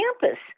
campus